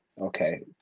Okay